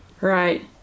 Right